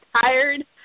tired